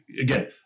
again